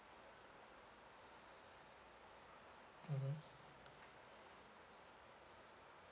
mmhmm